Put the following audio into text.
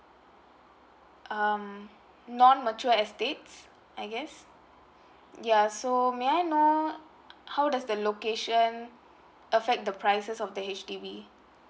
um non matured estates I guess ya so may I know how does the location affect the prices of the H_D_B